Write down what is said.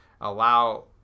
allow